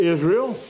Israel